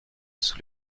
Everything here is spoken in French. sous